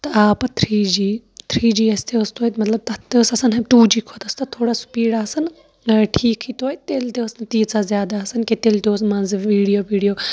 تہٕ آو پَتہٕ تھری جی تھری جِیس تہِ ٲسۍ توتہِ مطلب تَتھ تہِ ٲسۍ آسان ٹوٗ جی کھۄتہٕ ٲسۍ تَتھ تھوڑا سِپیٖڈ آسان ٹھیٖکھٕے توتہِ تیٚلہِ تہِ ٲسۍ نہٕ تِژاہ زیادٕ آسان کیٚنہہ تیٚلہِ تہِ اوس مَنٛزٕ ویڈیو پیڈیو